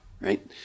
right